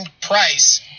price